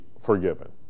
forgiven